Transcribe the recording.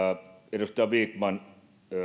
edustaja vikman